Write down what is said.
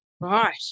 Right